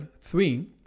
three